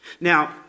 Now